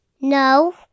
No